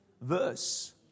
verse